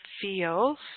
feels